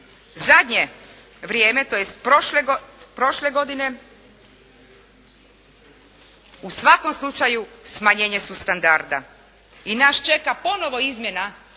zadnje vrijeme, tj. prošle godine, u svakom slučaju smanjenje su standarda i nas čeka ponovo izmjena